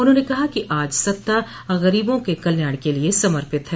उन्होंने कहा कि आज सत्ता गरीबों के कल्याण के लिये समर्पित है